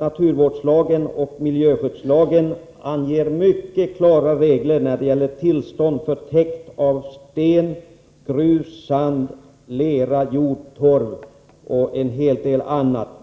Naturvårdslagen och miljöskyddslagen anger mycket klara regler när det gäller tillstånd för täkt av sten, grus, sand, lera, jord, torv och en hel del annat.